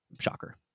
Shocker